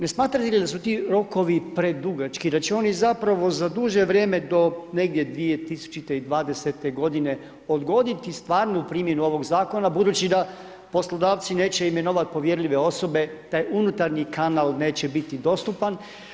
Ne smatrate li da su ti rokovi predugački, da će oni zapravo za duže vrijeme do negdje 2020. g. odgoditi stvarnu primjenu ovog zakona budući da poslodavci neće imenovati povjerljive osobe, taj unutarnji kanal neće biti dostupan.